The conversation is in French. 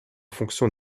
fonction